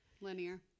linear